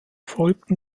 folgten